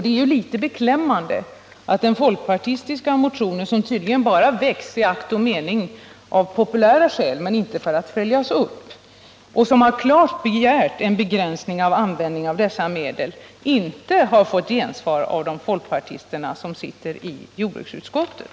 Det är litet beklämmande att den folkpartistiska motionen, som tydligen bara väckts av populära skäl och inte för att följas upp men i vilken klart begärs en begränsning av användningen av dessa medel, inte har fått gensvar hos folkpartisterna i jordbruksutskottet.